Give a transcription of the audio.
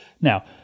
Now